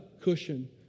cushion